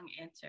answer